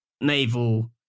naval